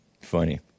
Funny